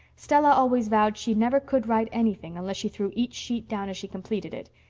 stella always vowed she never could write anything unless she threw each sheet down as she completed it.